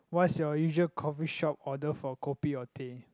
what's your usual coffee shop order for kopi or teh